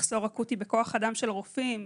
מחסור אקוטי בכוח אדם של רופאים,